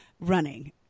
running